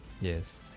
Yes